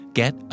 get